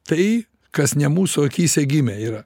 tai kas ne mūsų akyse gimę yra